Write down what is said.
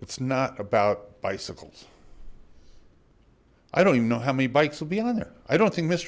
it's not about bicycles i don't even know how many bikes will be on there i don't think m